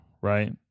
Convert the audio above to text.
right